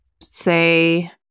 Say